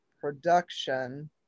production